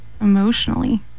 emotionally